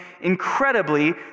incredibly